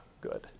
good